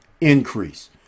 increase